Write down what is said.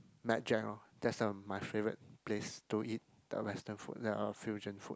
Mad Jack lor that's the my favorite place to eat the western food the fusion food